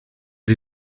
sie